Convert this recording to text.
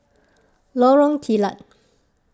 Lorong Kilat